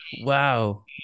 Wow